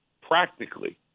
practically